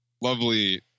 lovely